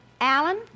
Alan